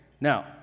Now